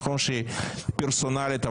נכון שהיא פרסונלית,